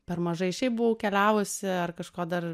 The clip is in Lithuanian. per mažai šiaip buvau keliavusi ar kažko dar